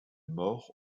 mort